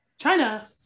China